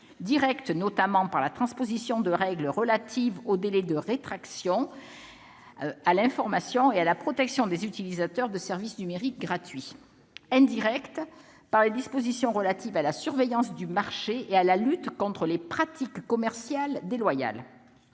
directement, notamment par la transposition de règles relatives au délai de rétractation, à l'information et à la protection des utilisateurs de services numériques gratuits ; indirectement, par les dispositions relatives à la surveillance du marché et à la lutte contre les pratiques commerciales déloyales.